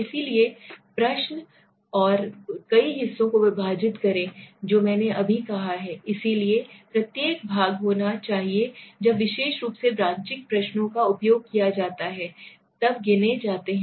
इसलिए प्रश्न और कई हिस्सों को विभाजित करें जो मैंने अभी कहा है इसलिए प्रत्येक भाग होना चाहिए जब विशेष रूप से ब्रांचिंग प्रश्नों का उपयोग किया जाता है तब गिने जाते हैं